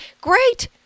Great